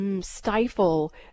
stifle